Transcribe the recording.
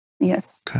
Yes